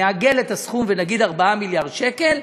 נעגל את הסכום ונגיד 4 מיליארד שקל,